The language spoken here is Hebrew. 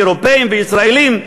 אירופים וישראלים,